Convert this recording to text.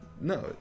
no